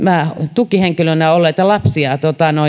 tukihenkilöinä olleita lapsia